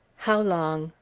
how long,